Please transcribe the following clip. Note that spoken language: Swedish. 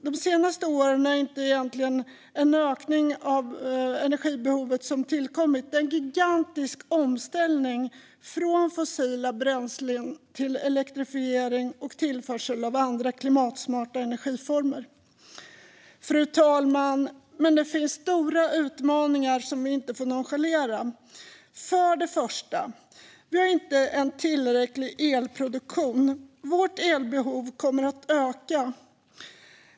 De senaste åren är det inte en egentlig ökning av energibehovet som tillkommit utan en gigantisk omställning från fossila bränslen till elektrifiering och tillförsel av andra klimatsmarta energiformer. Fru talman! Det finns dock stora utmaningar som vi inte får nonchalera. För det första har vi inte en tillräcklig elproduktion. Vårt elbehov kommer att öka.